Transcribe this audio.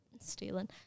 stealing